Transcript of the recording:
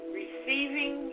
receiving